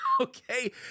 okay